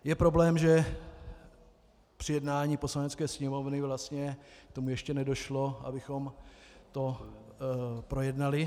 Je problém, že při jednání Poslanecké sněmovny vlastně ještě nedošlo k tomu, abychom to projednali.